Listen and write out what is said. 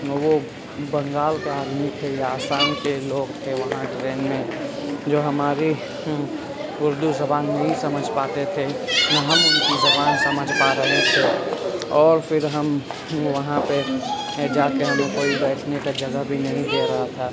وہ بنگال کا آدمی تھے یا آسام کے لوگ تھے وہاں ٹرین میں جو ہماری اردو زبان نہیں سمجھ پاتے تھے نہ ہم ان کی زبان سمجھ پا رہے تھے اور پھر ہم وہاں پہ جا کے ہمیں کوئی بیٹھنے کا جگہ بھی نہیں دے رہا تھا